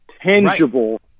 tangible